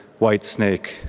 Whitesnake